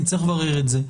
אני צריך לברר את זה.